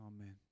Amen